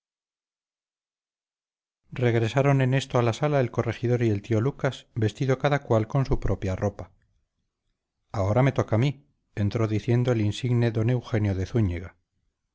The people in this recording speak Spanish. regresaron en esto a la sala el corregidor y el tío lucas vestido cada cual con su propia ropa ahora me toca a mí entró diciendo el insigne don eugenio de zúñiga